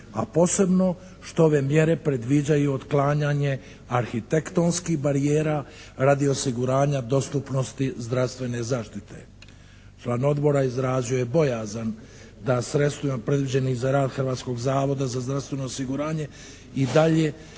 a posebno što ove mjere predviđaju otklanjanje arhitektonskih barijera radi osiguranja dostupnosti zdravstvene zaštite. Član odbora izrazio je bojazan da sredstvima predviđenim za rad Hrvatskog zavoda za zdravstveno osiguranje i dalje